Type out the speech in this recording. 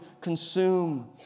consume